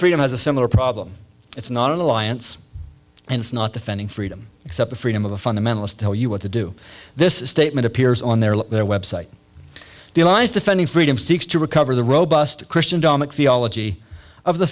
freedom has a similar problem it's not an alliance and it's not defending freedom except the freedom of the fundamentalists tell you what to do this statement appears on their website the alliance defending freedom seeks to recover the robust christian